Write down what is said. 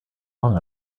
long